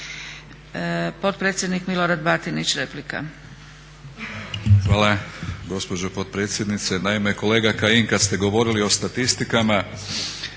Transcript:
Potpredsjednik Milorad Batinić, replika. **Batinić, Milorad (HNS)** Hvala gospođo potpredsjednice. Naime, kolega Kajin kad ste govorili o statistikama